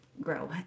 grow